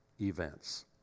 events